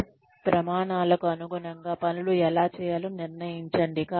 ఈ ప్రమాణాలకు అనుగుణంగా పనులు ఎలా చేయాలో నిర్ణయించండి